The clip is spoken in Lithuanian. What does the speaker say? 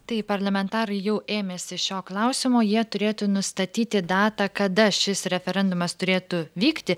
tai parlamentarai jau ėmėsi šio klausimo jie turėtų nustatyti datą kada šis referendumas turėtų vykti